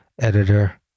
editor